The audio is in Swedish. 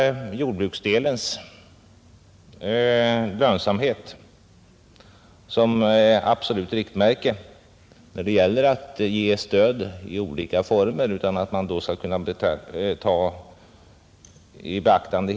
Jordbruksdelens lönsamhet skall inte sättas som absolut riktmärke, utan det gäller att ge stöd i olika former utan att ta hela företaget i beaktande.